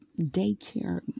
daycare